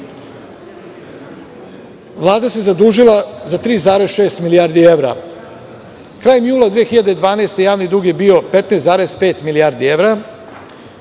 Vlada se zadužila za 3,6 milijardi evra. Krajem jula 2012. godine javni dug je bio 15,5 milijardi evra,